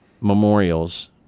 memorials